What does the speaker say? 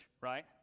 right